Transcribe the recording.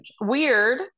weird